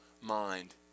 mind